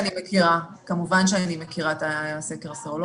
כמובן שאני מכירה את הסקר הסרולוגי.